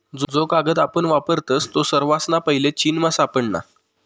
जो कागद आपण वापरतस तो सर्वासना पैले चीनमा सापडना